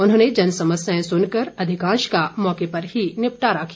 उन्होंने जन समस्याएं सुनकर अधिकांश का मौके पर ही निपटारा किया